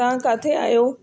तव्हां किथे आहियो